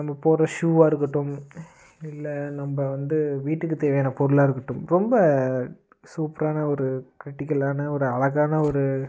நம்ம போடுற ஷூவாக இருக்கட்டும் இல்லை நம்ம வந்து வீட்டுக்கு தேவையான பொருளாக இருக்கட்டும் ரொம்ப சூப்பரான ஒரு க்ரிட்டிக்கலான ஒரு அழகான ஒரு